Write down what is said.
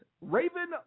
Raven